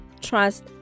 trust